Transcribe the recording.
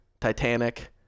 Titanic